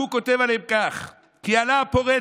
ציוני נלהב,